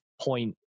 point